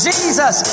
Jesus